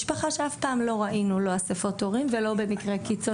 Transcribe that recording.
זו משפחה שאף פעם לא ראינו לא אסיפות הורים ולא במקרה הקיצון